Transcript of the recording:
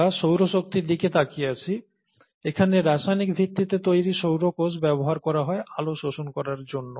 আমরা সৌর শক্তির দিকে তাকিয়ে আছি এখানে রাসায়নিক ভিত্তিতে তৈরি সৌরকোষ ব্যবহার করা হয় আলো শোষণ করার জন্য